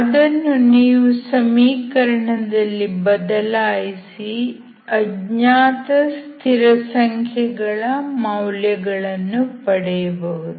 ಅದನ್ನು ನೀವು ಸಮೀಕರಣದಲ್ಲಿ ಬದಲಾಯಿಸಿ ಅಜ್ಞಾತ ಸ್ಥಿರಸಂಖ್ಯೆಗಳ ಮೌಲ್ಯಗಳನ್ನು ಪಡೆಯಬಹುದು